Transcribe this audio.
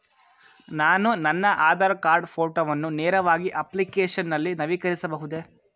ನಾನು ನನ್ನ ಆಧಾರ್ ಕಾರ್ಡ್ ಫೋಟೋವನ್ನು ನೇರವಾಗಿ ಅಪ್ಲಿಕೇಶನ್ ನಲ್ಲಿ ನವೀಕರಿಸಬಹುದೇ?